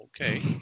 okay